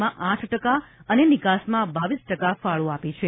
માં આઠ ટકા અને નિકાસમાં બાવીસ ટકા ફાળો આપે છે